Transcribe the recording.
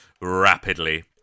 rapidly